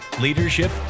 leadership